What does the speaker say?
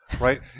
right